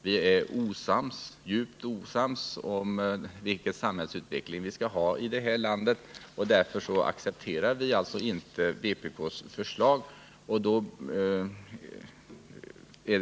Vi är djupt osams om vilken samhällsutveckling vi skall ha här i landet, och vi kan alltså inte acceptera vpk:s förslag.